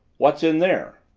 what's in there?